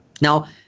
Now